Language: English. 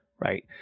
right